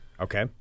Okay